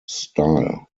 style